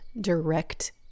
direct